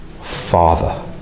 Father